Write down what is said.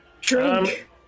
Drink